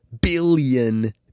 billion